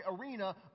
arena